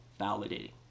validating